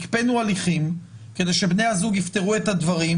הקפאנו הליכים כדי שבני הזוג יפתרו את הדברים,